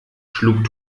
schlug